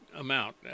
Amount